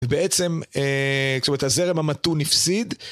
בעצם, זאת אומרת הזרם המתון הפסיד